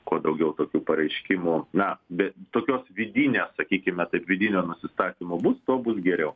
kuo daugiau tokių pareiškimų na be tokios vidinės sakykime taip vidinio nusistatymo bus tuo bus geriau